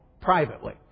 Privately